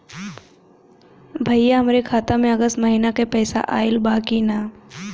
भईया हमरे खाता में अगस्त महीना क पैसा आईल बा की ना?